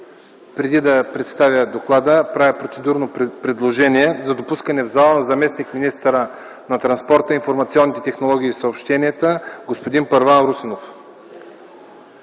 председател. Уважаеми колеги, правя процедурно предложение за допускане в залата на заместник-министъра на транспорта, информационните технологии и съобщенията господин Първан Русинов.